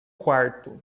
quarto